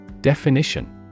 Definition